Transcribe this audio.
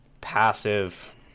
passive